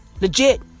Legit